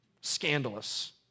scandalous